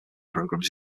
programs